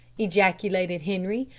ejaculated henri,